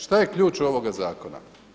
Šta je ključ ovoga zakona?